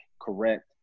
correct